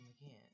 again